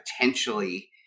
potentially